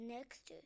Next